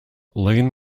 lane